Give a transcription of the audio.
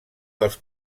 dels